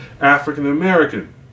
African-American